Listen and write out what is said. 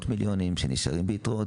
מיליונים שקלים בכל שנה שנשארים ביתרות,